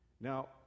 Now